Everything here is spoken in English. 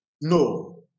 No